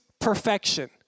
perfection